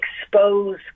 expose